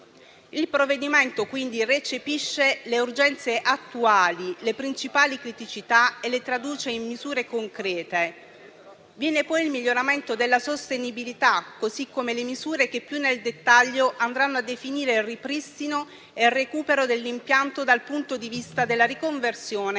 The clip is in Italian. Il provvedimento quindi recepisce le urgenze attuali, le principali criticità e le traduce in misure concrete. Viene poi il miglioramento della sostenibilità, così come le misure che più nel dettaglio andranno a definire il ripristino e il recupero dell'impianto dal punto di vista della riconversione